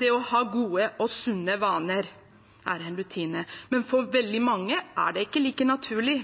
Det å ha gode og sunne vaner er en rutine. Men for veldig mange er det ikke like naturlig.